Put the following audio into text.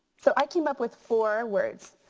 so i came up with four words.